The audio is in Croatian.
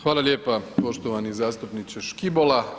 Hvala lijepa poštovani zastupniče Škibola.